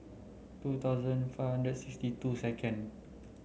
two thousand five hundred sixty two second